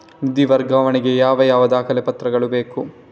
ನಿಧಿ ವರ್ಗಾವಣೆ ಗೆ ಯಾವ ಯಾವ ದಾಖಲೆ ಪತ್ರಗಳು ಬೇಕು?